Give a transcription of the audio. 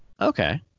okay